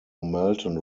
melton